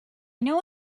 know